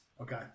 Okay